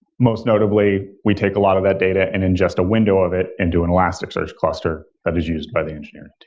most notably, we take a lot of data and ingest a window of it and do an elasticsearch cluster that is used by the engineering team.